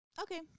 Okay